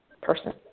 Person